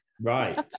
right